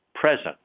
present